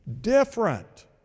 different